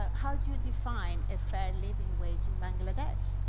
ah how do you define a fair living wage in bangladesh?